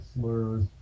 slurs